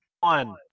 One